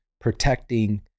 protecting